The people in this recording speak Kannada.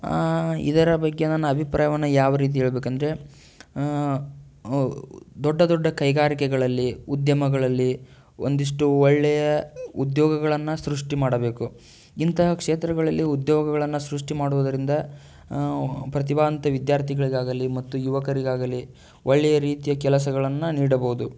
ಇದರ ಬಗ್ಗೆ ನನ್ನ ಅಭಿಪ್ರಾಯವನ್ನು ಯಾವ ರೀತಿ ಹೇಳ್ಬೇಕಂದ್ರೆ ದೊಡ್ಡ ದೊಡ್ಡ ಕೈಗಾರಿಕೆಗಳಲ್ಲಿ ಉದ್ಯಮಗಳಲ್ಲಿ ಒಂದಿಷ್ಟು ಒಳ್ಳೆಯ ಉದ್ಯೋಗಗಳನ್ನು ಸೃಷ್ಟಿ ಮಾಡಬೇಕು ಇಂತಹ ಕ್ಷೇತ್ರಗಳಲ್ಲಿ ಉದ್ಯೋಗಗಳನ್ನು ಸೃಷ್ಟಿ ಮಾಡುವುದರಿಂದ ಪ್ರತಿಭಾವಂತ ವಿದ್ಯಾರ್ಥಿಗಳಿಗಾಗಲಿ ಮತ್ತು ಯುವಕರಿಗಾಗಲಿ ಒಳ್ಳೆಯ ರೀತಿಯ ಕೆಲಸಗಳನ್ನು ನೀಡಬೋದು